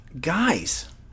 guys